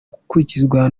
gukurikizwa